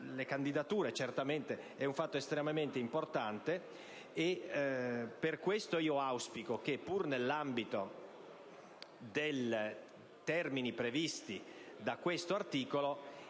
le candidature. Certamente è un fatto estremamente importante, e per questo auspico che, pur nell'ambito dei termini previsti da questo articolo,